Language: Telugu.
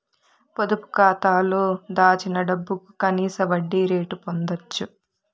పొదుపు కాతాలో దాచిన డబ్బుకు కనీస వడ్డీ రేటు పొందచ్చు